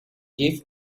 gives